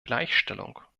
gleichstellung